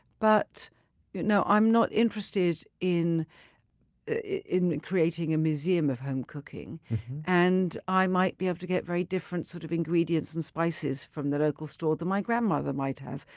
but you know i'm not interested in in creating a museum of home cooking and i might be able to get very different sort of ingredients and spices from the local store than my grandmother might have.